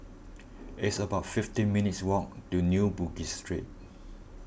it's about fifty minutes' walk to New Bugis Street